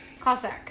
Cossack